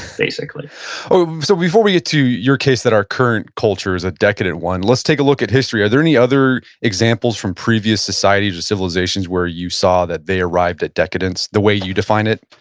basically so before we get to your case that our current culture is a decadent one, let's take a look at history. are there any other examples from previous societies or civilizations where you saw that they arrived at decadence? the way you define it?